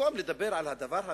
במקום לדבר על הדבר המשותף,